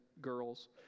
girls